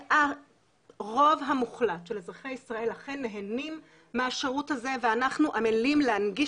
הרוב המוחלט של אזרחי ישראל אכן נהנים מהשירות הזה ואנחנו עמלים להנגיש